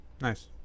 Nice